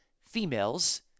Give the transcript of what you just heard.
females